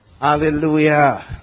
Hallelujah